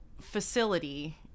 facility